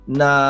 na